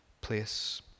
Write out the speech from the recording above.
place